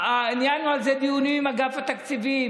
ניהלנו על זה דיונים עם אגף התקציבים,